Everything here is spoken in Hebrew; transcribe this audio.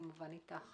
כמובן אתך